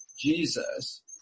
Jesus